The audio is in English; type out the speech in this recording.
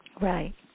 Right